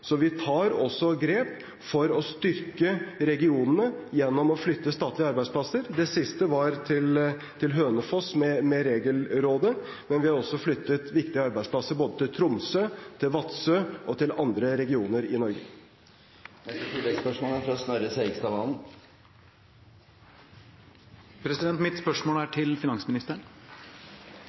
Vi tar også grep for å styrke regionene gjennom å flytte statlige arbeidsplasser. Det siste var Regelrådet, til Hønefoss, men vi har også flyttet viktige arbeidsplasser både til Tromsø, til Vadsø og til andre regioner i Norge. Snorre Serigstad Valen – til oppfølgingsspørsmål. Mitt spørsmål er